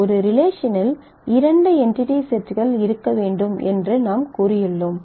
ஒரு ரிலேஷனில் இரண்டு என்டிடி செட்கள் இருக்க வேண்டும் என்று நாம் கூறியுள்ளோம்